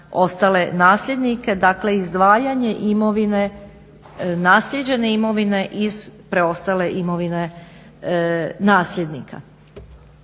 ostale nasljednike. Dakle, izdvajanje imovine naslijeđene imovine iz preostale imovine nasljednika.